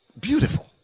beautiful